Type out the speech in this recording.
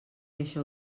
això